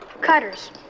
Cutters